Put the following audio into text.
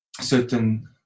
certain